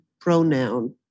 pronoun